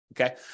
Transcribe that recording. Okay